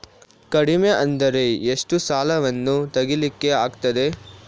ಕಡಿಮೆ ಅಂದರೆ ಎಷ್ಟು ಸಾಲವನ್ನು ತೆಗಿಲಿಕ್ಕೆ ಆಗ್ತದೆ?